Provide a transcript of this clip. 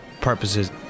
purposes